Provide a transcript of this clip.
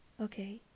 Okay